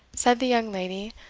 said the young lady,